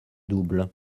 double